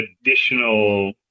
additional